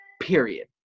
Period